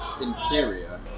inferior